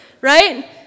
right